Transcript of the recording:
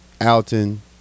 Alton